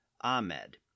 Ahmed